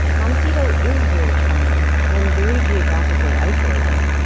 montecito is very charming, and very geographically isolated.